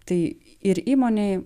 tai ir įmonei